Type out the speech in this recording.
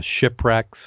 shipwrecks